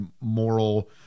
moral